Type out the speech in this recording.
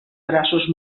braços